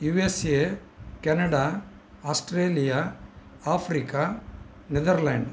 U S A Canada Australia Africa Netherlands